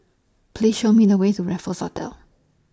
Please Show Me The Way to Raffles Hotel